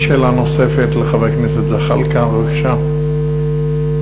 שאלה נוספת לחבר הכנסת זחאלקה, בבקשה.